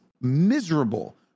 miserable